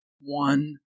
one